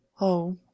Oh